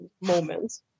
moments